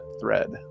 thread